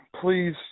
Please